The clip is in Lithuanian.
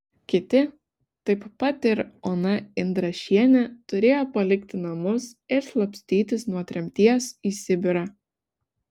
kiti taip pat ir ona indrašienė turėjo palikti namus ir slapstytis nuo tremties į sibirą